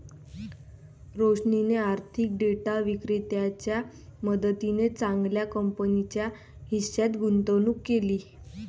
रोशनीने आर्थिक डेटा विक्रेत्याच्या मदतीने चांगल्या कंपनीच्या हिश्श्यात गुंतवणूक केली